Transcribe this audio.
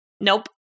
Nope